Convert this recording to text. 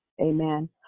Amen